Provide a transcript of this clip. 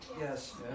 Yes